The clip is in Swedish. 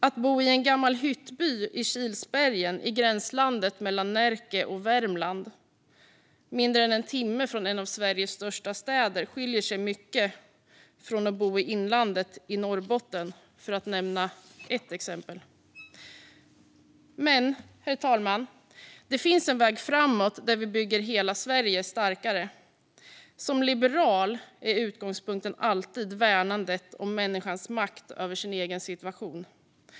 Att bo i en gammal hyttby i Kilsbergen i gränslandet mellan Närke och Värmland mindre än en timme från en av Sveriges största städer skiljer sig mycket från att bo i inlandet i Norrbotten, för att nämna ett exempel. Herr talman! Det finns en väg framåt där vi bygger hela Sverige starkare. En liberal utgångspunkt är alltid värnandet om människans makt över sin egen situation.